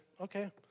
okay